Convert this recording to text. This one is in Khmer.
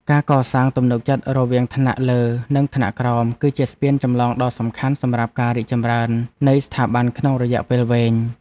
ការកសាងទំនុកចិត្តរវាងថ្នាក់លើនិងថ្នាក់ក្រោម គឺជាស្ពានចម្លងដ៏សំខាន់សម្រាប់ការរីកចម្រើននៃស្ថាប័នក្នុងរយៈពេលវែង។